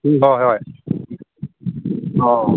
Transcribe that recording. ꯎꯝ ꯍꯣꯏ ꯍꯣꯏ ꯑꯥ